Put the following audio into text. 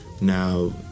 now